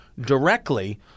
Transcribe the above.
directly